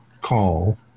call